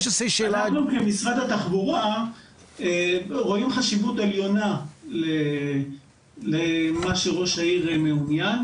אנחנו כמשרד התחבורה רואים חשיבות עליונה למה שראש העיר מעוניין.